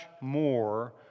more